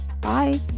Bye